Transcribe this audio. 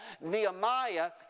Nehemiah